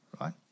right